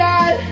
God